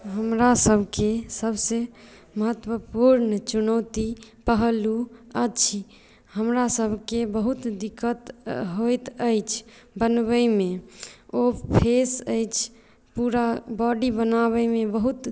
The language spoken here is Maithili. हमरासभके सभसँ मह्त्वपूर्ण चुनौती पहलू अछि हमरासभकेँ बहुत दिक्कत होइत अछि बनबयमे ओ फेस अछि पूरा बॉडी बनाबयमे बहुत